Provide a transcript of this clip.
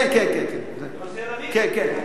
כן, כן.